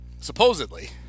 supposedly